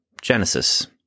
Genesis